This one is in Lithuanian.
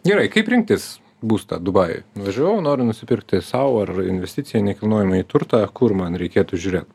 gerai kaip rinktis būstą dubajuj nuvažiavau noriu nusipirkti sau ar investicijai nekilnojamąjį turtą kur man reikėtų žiūrėt